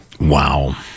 Wow